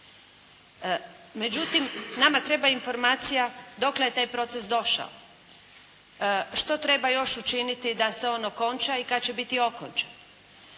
Međutim, nama treba informacija dokle je taj proces došao, što treba još učiniti da se on okonča i kad će biti okončan.